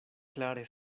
klare